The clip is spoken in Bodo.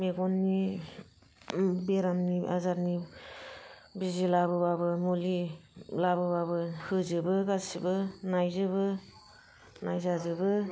मेगननि बेरामनि आजारनि बिजि लाबोबाबो मुलि लाबोबाबो होजोबो गासिबो नायजोबो नायजाजोबो